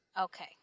Okay